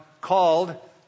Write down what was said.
called